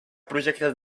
projectes